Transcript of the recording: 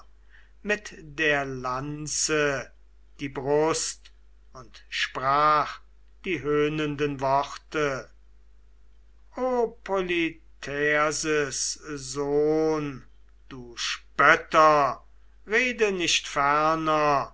mit der lanze die brust und sprach die höhnenden worte o polytherses sohn du spötter rede nicht ferner